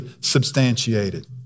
substantiated